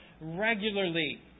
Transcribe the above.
regularly